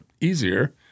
easier